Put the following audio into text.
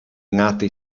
nati